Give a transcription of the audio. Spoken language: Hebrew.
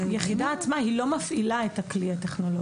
היחידה עצמה היא לא מפעילה את הכלי הטכנולוגי.